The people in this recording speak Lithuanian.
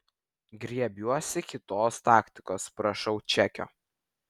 griebiuosi kitos taktikos prašau čekio